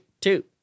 two